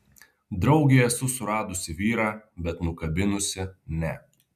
draugei esu suradusi vyrą bet nukabinusi ne